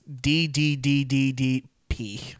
D-D-D-D-D-P